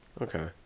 okay